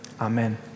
amen